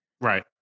right